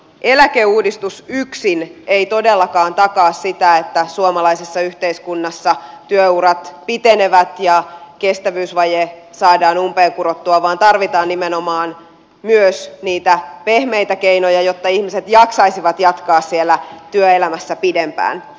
eläkeuudistus yksin ei todellakaan takaa sitä että suomalaisessa yhteiskunnassa työurat pitenevät ja kestävyysvaje saadaan umpeen kurottua vaan tarvitaan nimenomaan myös niitä pehmeitä keinoja jotta ihmiset jaksaisivat jatkaa siellä työelämässä pidempään